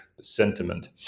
sentiment